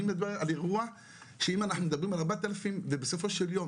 אם אנחנו מדברים על 4,000 ובסופו של יום,